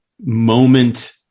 moment